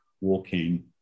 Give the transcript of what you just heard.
walking